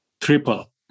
triple